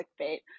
clickbait